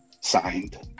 signed